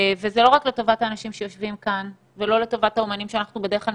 זה לא רק לטובת האנשים שיושבים כאן ולא רק לטובת האומנים המפורסמים.